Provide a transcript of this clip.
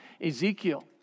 Ezekiel